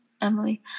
Emily